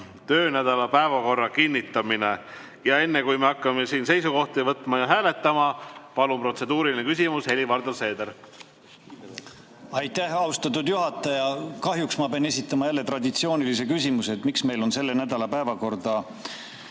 töönädala päevakorra kinnitamine. Aga enne, kui me hakkame siin seisukohti võtma ja hääletama, palun protseduuriline küsimus, Helir-Valdor Seeder. Aitäh, austatud juhataja! Kahjuks ma pean jälle esitama traditsioonilise küsimuse, miks meil on selle nädala päevakorda